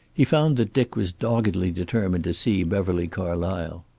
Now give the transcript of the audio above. he found that dick was doggedly determined to see beverly carlysle.